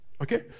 Okay